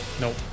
Nope